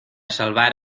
salvar